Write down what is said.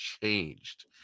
changed